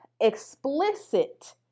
explicit